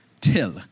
till